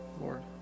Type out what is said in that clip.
Lord